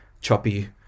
choppy